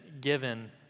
given